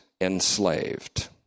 enslaved